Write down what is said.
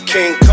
King